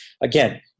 again